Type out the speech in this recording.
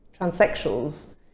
transsexuals